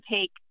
take